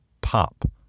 pop